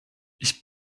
ich